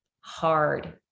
hard